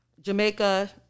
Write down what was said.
Jamaica